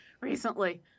recently